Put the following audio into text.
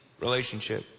relationship